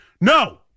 No